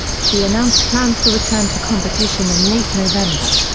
she announced plans to return to competition in late november.